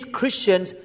Christians